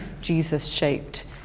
Jesus-shaped